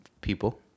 People